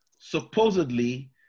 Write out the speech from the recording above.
supposedly